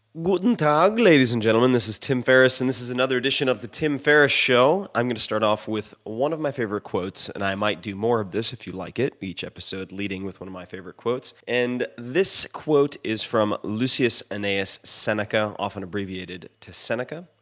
gutentag, ladies and gentlemen. this is tim ferriss and this is another edition of the tim ferriss show. i'm going to start off with one of my favorite quotes, and i might do more of this if you like it, each episode leading with one of my favorite quotes. and this quote is from lucius annaeus seneca, often abbreviated to seneca,